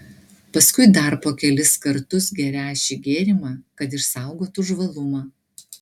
paskui dar po kelis kartus gerią šį gėrimą kad išsaugotų žvalumą